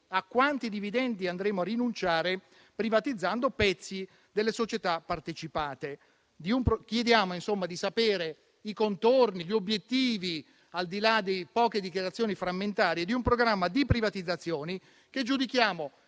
a quanti dividendi andremo a rinunciare, privatizzando parti delle società partecipate. Chiediamo insomma di sapere i contorni e gli obiettivi, al di là delle poche dichiarazioni frammentarie, di un programma di privatizzazioni che giudichiamo